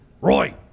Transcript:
Roy